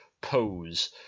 pose